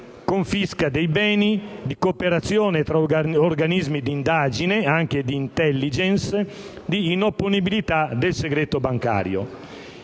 confisca dei beni, di cooperazione tra organismi di indagine (anche di *intelligence*), di inopponibilità del segreto bancario.